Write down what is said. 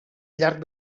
llarg